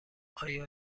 آیا